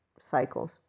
cycles